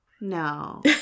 No